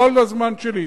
לא על הזמן שלי.